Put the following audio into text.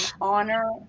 honor